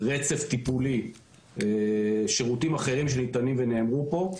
רצף טיפולי ושירותים אחרים שניתנים ונאמרו פה,